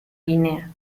guinea